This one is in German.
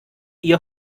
ihr